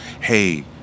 Hey